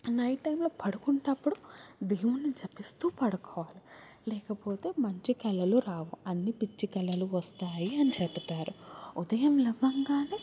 night టైంలో పడుకునేటప్పుడు దేవున్ని జపిస్తూ పడుకోవాలి లేకపోతే మంచి కలలు రావు అన్ని పిచ్చి కలలు వస్తాయి అని చెబుతారు ఉదయం లేవగానే